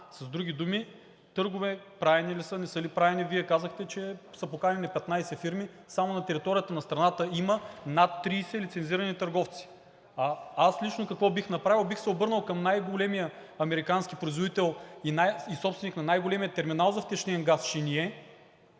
С други думи, търгове правени ли са, не са ли правени!? Вие казахте, че са поканени 15 фирми. Само на територията на страната има над 30 лицензирани търговци. Аз лично какво бих направил? Бих се обърнал към най големия американски производител и собственик на най-големия терминал за втечнен газ „Шение“